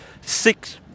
six